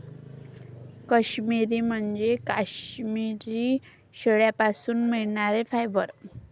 काश्मिरी म्हणजे काश्मिरी शेळ्यांपासून मिळणारे फायबर